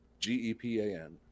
GEPAN